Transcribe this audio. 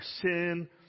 sin